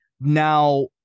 Now